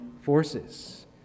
forces